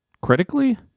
critically